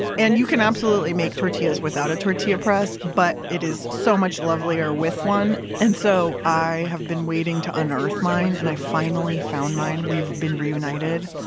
and you can absolutely make tortillas without a tortilla press, but it is so much lovelier with one. and so i have been waiting to unearth mine and i finally found mine, we've been reunited.